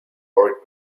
our